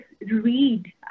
read